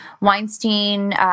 Weinstein